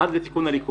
עד לתיקון הליקויים.